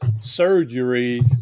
surgery